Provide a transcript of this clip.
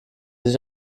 sich